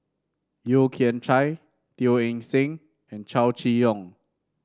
Yeo Kian Chye Teo Eng Seng and Chow Chee Yong